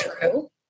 true